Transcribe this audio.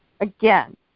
Again